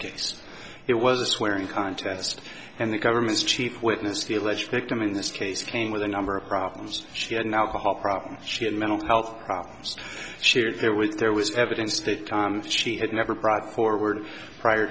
case it was a swearing contest and the government's chief witness feel ledge victim in this case came with a number of problems she had an alcohol problem she had mental health problems shared there was there was evidence that she had never brought forward prior